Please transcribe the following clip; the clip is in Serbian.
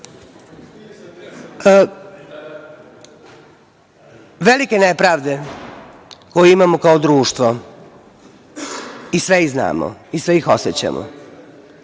nepravde, koje imamo kao društvo i sve ih znamo i sve ih osećamo,